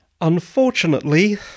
Unfortunately